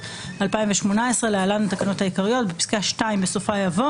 התשע"ט-2018 (להלן התקנות העיקריות) בפסקה (2) בסופה יבוא